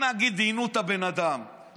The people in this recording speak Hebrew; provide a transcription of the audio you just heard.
נגיד עינו את הבן אדם,